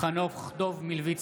חנוך דב מלביצקי,